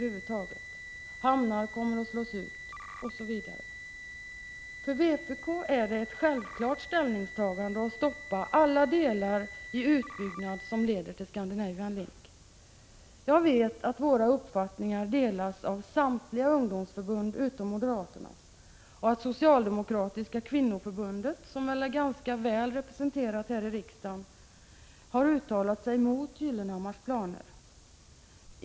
Hamnar kommer att slås ut osv. För vpk är det ett självklart ställningstagande att stoppa alla delar i en utbyggnad som leder till Scandinavian Link. Jag vet att våra uppfattningar delas av samtliga ungdomsförbund — utom moderaternas — och att socialdemokratiska kvinnoförbundet, som är ganska väl representerat här i riksda gen, har uttalat sig mot Pehr Gyllenhammars planer.